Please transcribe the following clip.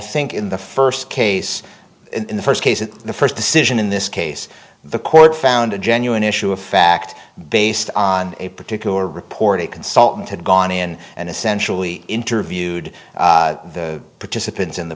think in the first case in the first case in the first decision in this case the court found a genuine issue of fact based on a particular report a consultant had gone in and essentially interviewed the participants in the